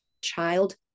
child